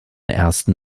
ersten